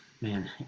Man